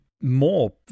more